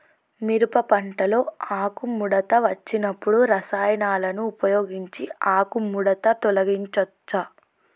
మిరప పంటలో ఆకుముడత వచ్చినప్పుడు రసాయనాలను ఉపయోగించి ఆకుముడత తొలగించచ్చా?